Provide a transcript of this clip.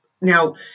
Now